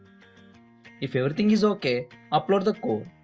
if everything is okay upload the code.